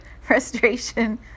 frustration